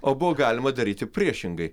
o buvo galima daryti priešingai